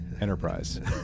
Enterprise